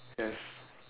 yes